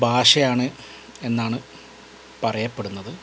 ഭാഷയാണ് എന്നാണ് പറയപ്പെടുന്നത്